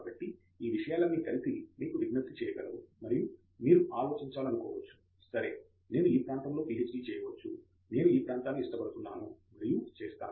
కాబట్టి ఈ విషయాలన్నీ కలిసి మీకు విజ్ఞప్తి చేయగలవు మరియు మీరు ఆలోచించాలనుకోవచ్చు సరే నేను ఈ ప్రాంతంలో పీహెచ్డీ చేయవచ్చు నేను ఈ ప్రాంతాన్ని ఇష్టపడుతున్నాను మరియు చేస్తాను